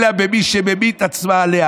אלא במי שממית עצמו עליה.